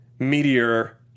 meteor